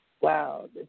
Wow